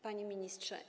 Panie Ministrze!